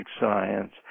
science